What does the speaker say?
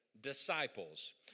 disciples